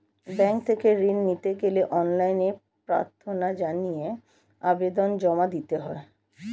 bank থেকে ঋণ নিতে গেলে অনলাইনে প্রার্থনা জানিয়ে আবেদন জমা দিতে হয়